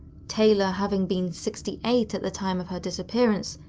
taylor having been sixty eight at the time of her disappearance,